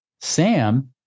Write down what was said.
Sam